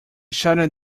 shouted